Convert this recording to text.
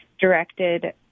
directed